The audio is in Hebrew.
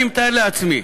אני מתאר לעצמי